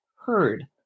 heard